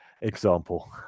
Example